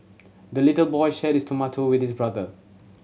the little boy shared his tomato with his brother